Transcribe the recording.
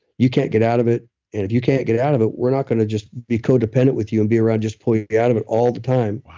you can't get out of it. and if you can't get out of it we're not going to just be codependent with you and be around just pull you out of it all the time.